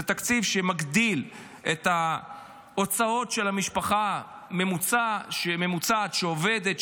זה תקציב שמגדיל את ההוצאות של משפחה ממוצעת שעובדת,